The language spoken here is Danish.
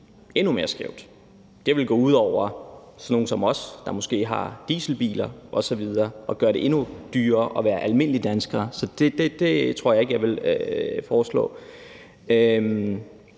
endnu mere skævt. Det ville gå ud over sådan nogle som os, der måske har dieselbiler osv., og gøre det endnu dyrere at være almindelig dansker, så det tror jeg ikke jeg ville foreslå.